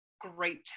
great